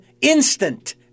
instant